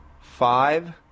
five